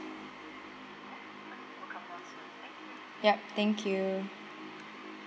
yup thank you